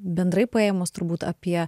bendrai paėmus turbūt apie